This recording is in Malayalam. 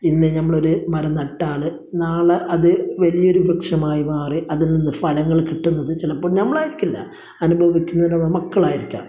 ഇന്ന് നമ്മൾ ഒരു മരം നട്ടാൽ നാളെ അത് വലിയ ഒരു വൃക്ഷമായി മാറി അതില് നിന്ന് ഫലങ്ങള് കിട്ടുന്നത് ചിലപ്പോൾ നമ്മളായിരിക്കില്ല അനുഭവിക്കുന്നത് നമ്മളെ മക്കളായിരിക്കാം